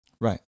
Right